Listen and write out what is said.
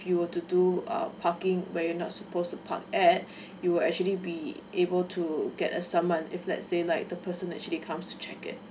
you were to do err parking where you're not supposed to park at you actually be able to get a summon if let's say like the person actually comes to check it